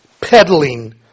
peddling